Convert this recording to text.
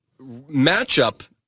matchup